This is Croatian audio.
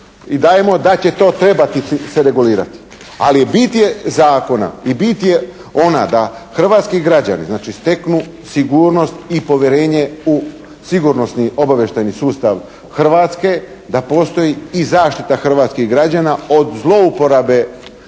i dajemo da će to trebati se regulirati. Ali bit je zakona i bit je ona da hrvatski građani steknu sigurnost i povjerenje u sigurnosni obavještajni sustav Hrvatske, da postoji i zaštita hrvatskih građana od zlouporabe